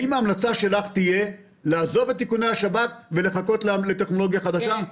האם ההמלצה שלך תהיה לעזוב את איכוני השב"כ ולחכות לטכנולוגיה חדשה?